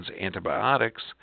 antibiotics